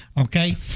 okay